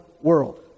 world